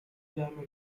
diameter